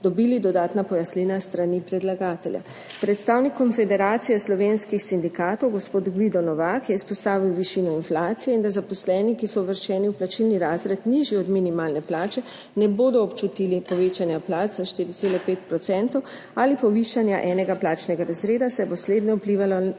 dobili dodatna pojasnila s strani predlagatelja. Predstavnik Konfederacije slovenskih sindikatov gospod Gvido Novak je izpostavil višino inflacije in da zaposleni, ki so uvrščeni v plačilni razred, nižji od minimalne plače, ne bodo občutili povečanja plač za 4,5 procentov ali povišanja enega plačnega razreda, saj bo slednje vplivalo le